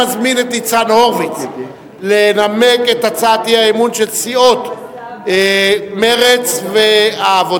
אני מזמין את ניצן הורוביץ לנמק את הצעת האי-אמון של סיעות מרצ והעבודה,